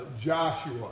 Joshua